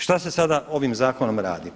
Šta se sada ovim zakonom radi?